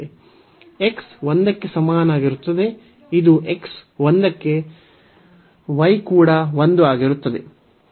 ಇದು x 1 ಕ್ಕೆ ಸಮನಾಗಿರುತ್ತದೆ ಮತ್ತು y ಕೂಡ 1 ಆಗಿರುತ್ತದೆ